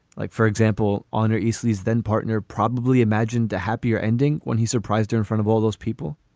like for example honor easley's then partner probably imagined a happier ending when he surprised her in front of all those people.